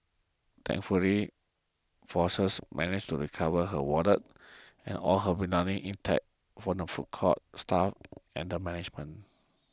thankfully Flores managed to recover her wallet and all her belongings intact from the food court's staff and management